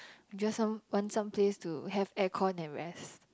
I just some want some place to have air con and rest